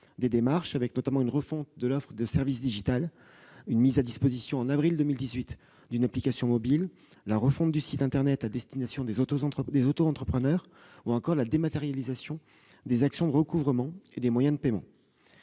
des démarches, avec notamment une refonte de l'offre de services digitale : mise à disposition en avril 2018 d'une application mobile, refonte du site internet à destination des auto-entrepreneurs ou encore dématérialisation des actions de recouvrement et des moyens de paiement.